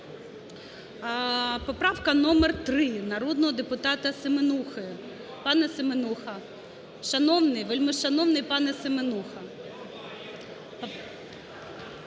Поправка номер 3 народного депутата Семенухи. Пане Семенуха шановний, вельмишановний пане Семенуха,